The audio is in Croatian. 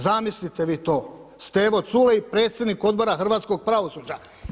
Zamislite vi to, Stevo Culej, predsjednik Odbora hrvatskog pravosuđa.